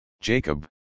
Jacob